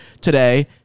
today